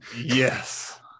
Yes